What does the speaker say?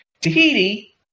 Tahiti